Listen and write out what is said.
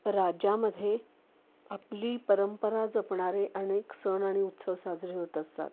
राज्यामध्ये आपली परंपरा जपणारे अनेक सण आणि उत्सव साजरे होत असतात